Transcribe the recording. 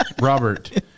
Robert